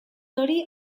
hori